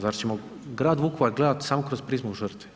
Zar ćemo grad Vukovar gledati samo kroz prizmu žrtve?